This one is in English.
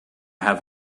have